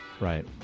Right